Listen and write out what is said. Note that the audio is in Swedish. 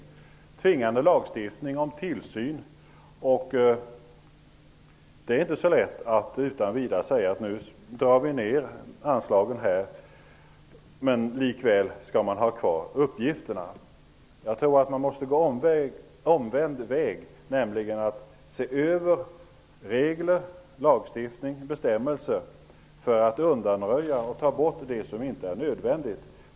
Det är tvingande lagstiftning om tillsyn och det är inte så lätt att utan vidare säga att vi skall dra ner anslagen, samtidigt som man skall ha kvar uppgifterna. Jag tror att man måste gå omvänd väg. Först måste man se över reglerna och lagstiftningen för att ta bort det som inte är nödvändigt.